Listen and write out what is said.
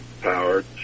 powered